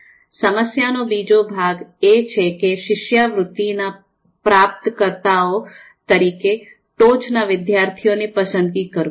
સમસ્યાનો બીજો ભાગ એ છે કે શિષ્યવૃત્તિના પ્રાપ્તકર્તાઓ તરીકે ટોચના વિદ્યાર્થીઓની પસંદગી કરવું